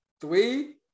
three